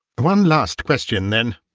one last question, then,